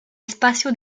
espacio